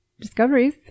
discoveries